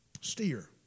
steer